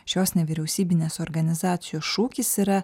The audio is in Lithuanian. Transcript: šios nevyriausybinės organizacijos šūkis yra